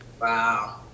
Wow